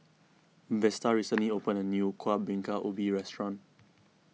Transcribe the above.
Vesta recently opened a new Kuih Bingka Ubi restaurant